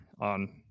on